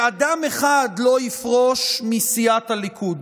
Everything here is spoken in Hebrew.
אמרתם שאדם אחד לא יפרוש מסיעת הליכוד,